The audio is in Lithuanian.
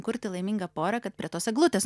kurti laimingą porą kad prie tos eglutės